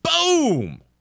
Boom